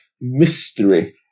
mystery